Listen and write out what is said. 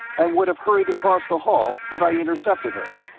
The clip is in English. and would have hurried across the hall but i intercepted her.